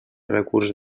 recurs